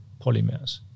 polymers